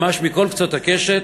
ממש מכל קצות הקשת,